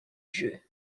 jeu